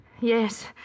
Yes